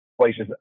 places